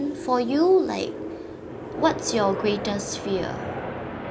for you like what's your greatest fear